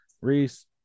Reese